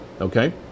Okay